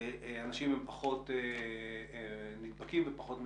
אנשים פחות נדבקים ופחות מדבקים.